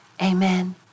amen